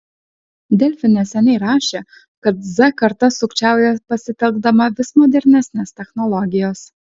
delfi neseniai rašė kad z karta sukčiauja pasitelkdama vis modernesnes technologijas